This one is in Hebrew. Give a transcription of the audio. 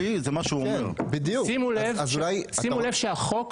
שימו לב שהחוק,